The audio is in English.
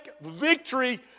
victory